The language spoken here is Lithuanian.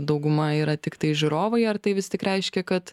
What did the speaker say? dauguma yra tiktai žiūrovai ar tai vis tik reiškia kad